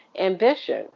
ambition